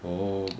oh